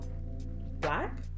black